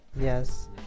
Yes